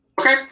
Okay